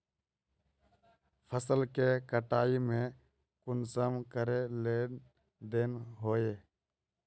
फसल के कटाई में कुंसम करे लेन देन होए?